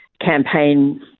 campaign